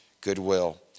goodwill